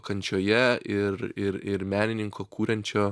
kančioje ir ir ir menininko kuriančio